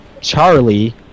Charlie